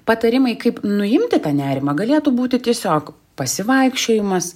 patarimai kaip nuimti tą nerimą galėtų būti tiesiog pasivaikščiojimas